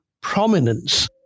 prominence